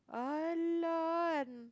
!alah!